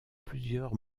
plusieurs